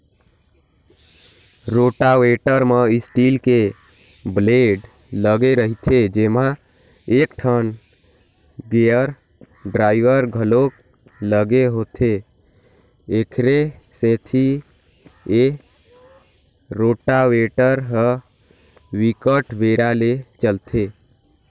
rotavator म steel के blade लगे रहिथे जेमा एकठन गेयर ड्राइव घलोक लगे होथे, एखरे सेती ए रोटावेटर ह बिकट बेरा ले चलथे